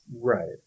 Right